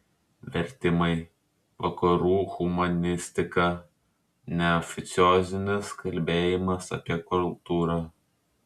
vertimai vakarų humanistika neoficiozinis kalbėjimas apie kultūrą